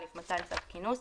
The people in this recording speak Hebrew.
מתן צו כינוס,